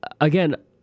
again